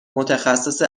متخصص